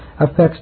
affects